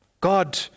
God